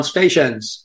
Stations